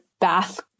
bath